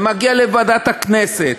זה מגיע לוועדת הכנסת,